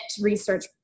research